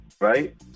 right